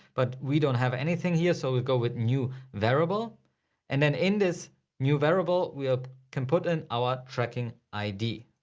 but we don't have anything here. so we'll go with new variable and then in this new variable we ah can can put in our tracking id,